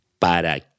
para